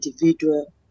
individual